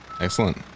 excellent